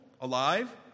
alive